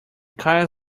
car